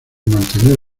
mantener